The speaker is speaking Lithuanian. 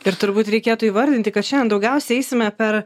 ir turbūt reikėtų įvardinti kad šiandien daugiausiai eisime per